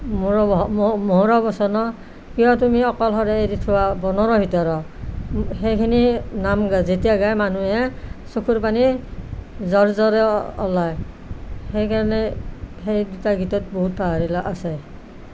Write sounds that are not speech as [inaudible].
মোৰ [unintelligible] মোহোৰ বচন কিয় তুমি অকলহৰে এৰি থোৱা বনৰ ভিতৰ সেইখিনি নাম যেতিয়া গায় মানুহে চকুৰ পানী জৰজৰে ওলায় সেইকাৰণে সেইদুটা গীতত বহুত বাহুল্য আছে